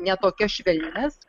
ne tokias švelnias